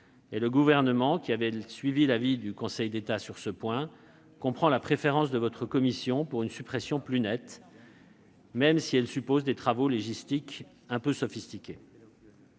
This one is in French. Le Gouvernement, qui avait suivi l'avis du Conseil d'État sur ce point, comprend la préférence de votre commission pour une suppression plus nette, même si cela suppose des travaux légistiques un peu sophistiqués.